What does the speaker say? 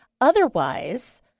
Otherwise